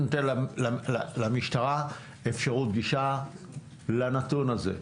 אני נותן למשטרה אפשרות גישה לנתון הזה,